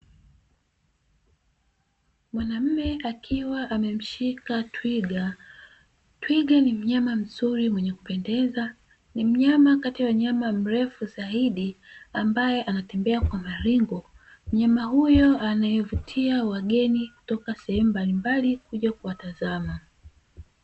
Mwanaume akiwa amemshika Twiga. Twiga ni mnyama mzuri mwenye kupendeza, ni mnyama kati ya wanyama warefu zaidi ambaye anatembea kwa maringo. Mnyama huyo anayevutia wageni kutoka sehemu mbalimbali kuja kuwatazama.